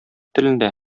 телендә